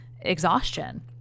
exhaustion